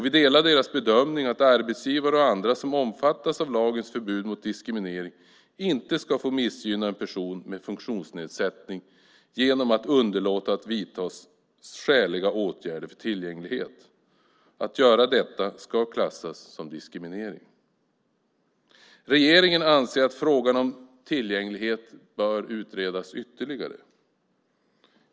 Vi delar deras bedömning att arbetsgivare och andra som omfattas av lagens förbud mot diskriminering inte ska få missgynna en person med funktionsnedsättning genom att underlåta att vidta skäliga åtgärder för tillgänglighet. Att göra detta ska klassas som diskriminering. Regeringen anser att frågan om tillgänglighet bör utredas ytterligare.